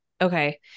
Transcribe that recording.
Okay